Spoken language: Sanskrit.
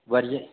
वर्य